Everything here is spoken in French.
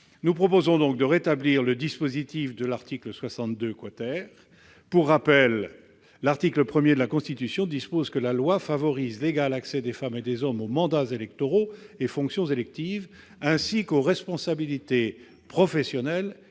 Nous proposons donc de rétablir le dispositif de l'article 62 . Pour rappel, l'article 1 de la Constitution dispose que « la loi favorise l'égal accès des femmes et des hommes aux mandats électoraux et fonctions électives, ainsi qu'aux responsabilités professionnelles